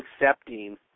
accepting